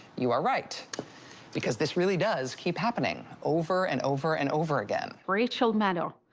you are right because this really does keep happening, over and over and over again. rachel maddow,